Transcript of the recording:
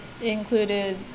included